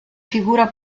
figura